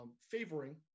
favoring